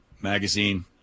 Magazine